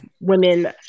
women